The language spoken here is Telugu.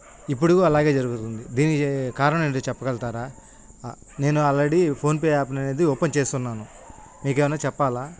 ఇప్పుడు అలాగే జరుగుతుంది దీనికి కారణమేంటో చెప్పగలుగుతారా నేను ఆల్రెడీ ఫోన్పే యాప్ని అనేది ఓపెన్ చేసున్నాను మీకేమైనా చెప్పాలా